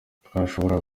twashoboraga